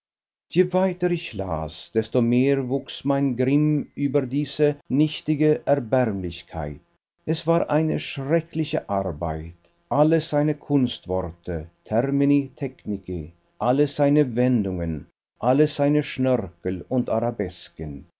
je weiter ich las desto mehr wuchs mein grimm über diese nichtige erbärmlichkeit es war eine schreckliche arbeit alle seine kunstworte termini technici alle seine wendungen alle seine schnörkel und arabesken